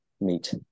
meet